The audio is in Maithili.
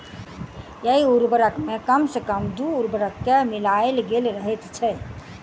एहि उर्वरक मे कम सॅ कम दू उर्वरक के मिलायल गेल रहैत छै